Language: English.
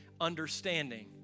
understanding